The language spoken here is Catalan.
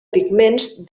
pigments